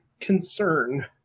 concern